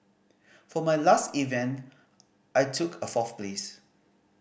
for my last event I took a fourth place